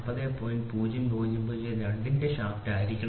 0002 ന് ഞാൻ ഷാഫ്റ്റ് നിർമ്മിക്കണം